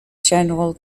general